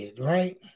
Right